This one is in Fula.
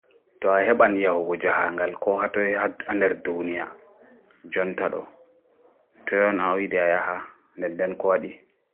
To a heɓan yahugo jaaangal kohatoi ha nɗer ɗuniya jonta ɗo toi on ayiɗi ayaha nɗen nɗen kowaɗi